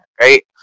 right